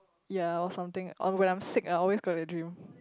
ya was something or when I am sick I always got the dream